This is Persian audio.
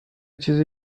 چیزی